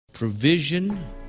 Provision